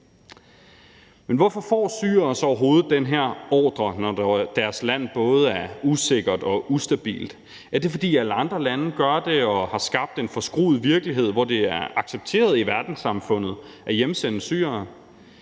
Men hvorfor får syrere så overhovedet den her ordre, når deres land både er usikkert og ustabilt? Er det, fordi alle andre lande gør det og har skabt en forskruet virkelighed, hvor det er accepteret i verdenssamfundet at hjemsende syrere?